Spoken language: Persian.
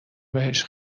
بهش